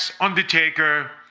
Undertaker